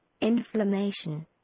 inflammation